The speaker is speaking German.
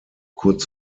kurz